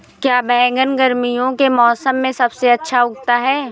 क्या बैगन गर्मियों के मौसम में सबसे अच्छा उगता है?